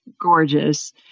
gorgeous